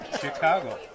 Chicago